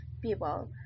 people